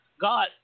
God